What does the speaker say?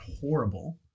horrible